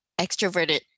extroverted